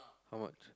how much